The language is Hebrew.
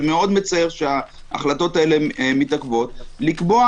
זה מאוד מצער שההחלטות האלה מתעכבות לקבוע